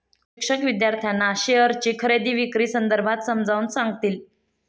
शिक्षक विद्यार्थ्यांना शेअरची खरेदी विक्री संदर्भात समजावून सांगतील